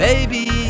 Baby